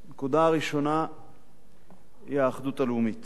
הנקודה הראשונה היא האחדות הלאומית.